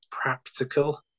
practical